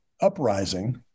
uprising